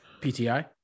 PTI